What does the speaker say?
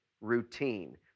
routine